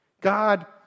God